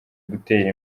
gutera